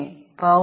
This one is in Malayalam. ഇതിന് 5